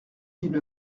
d’une